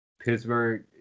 Pittsburgh